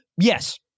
Yes